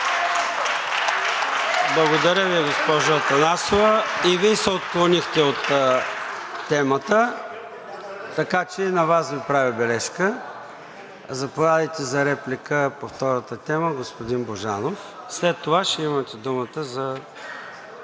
Благодаря Ви, госпожо Атанасова. И Вие се отклонихте от темата, така че и на Вас Ви правя бележка. Заповядайте за реплика по втората тема, господин Божанов. След това ще имате думата за